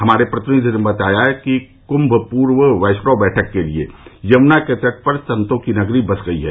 हमारे प्रतिनिधि ने बताया कि कृम्भ पूर्व वैष्णव बैठक के लिए यमुना के तट पर संतो की नगरी बस गयी है